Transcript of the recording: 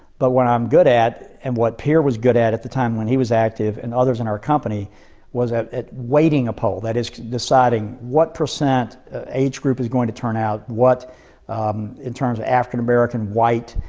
but what i'm good at and what pierre was good at at the time when he was active and others in our company was at at weighting a poll. that is deciding what percent age group is going to turn out, what in terms of african american, white,